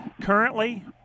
currently